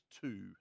two